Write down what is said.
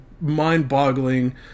mind-boggling